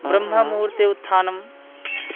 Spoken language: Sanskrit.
ब्राह्मे मुहूर्ते उत्थानं